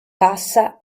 passa